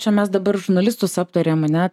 čia mes dabar žurnalistus aptarėm ane